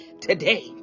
today